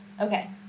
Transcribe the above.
Okay